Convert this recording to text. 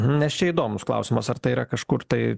nes čia įdomus klausimas ar tai yra kažkur tai